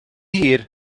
hir